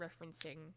referencing